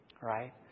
Right